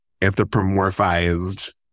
anthropomorphized